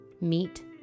Meet